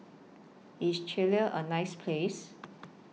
IS Chile A nice Place